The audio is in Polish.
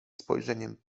spojrzeniem